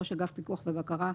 ראש אגף פיקוח ובקרה,